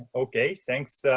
okay. thanks,